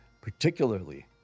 particularly